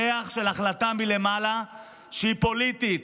ריח של החלטה מלמעלה שהיא פוליטית.